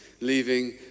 leaving